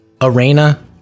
Arena